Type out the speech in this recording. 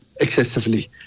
excessively